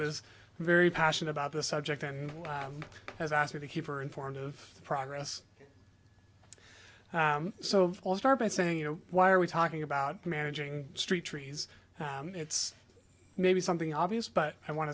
was very passionate about this subject and has asked me to keep her informed of progress so i'll start by saying you know why are we talking about managing street trees it's maybe something obvious but i want